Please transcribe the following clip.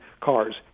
cars